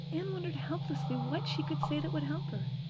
anne wondered helplessly what she could say that would help her.